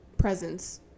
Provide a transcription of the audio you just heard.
presents